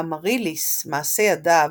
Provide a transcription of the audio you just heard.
האמריליס, מעשה ידיו,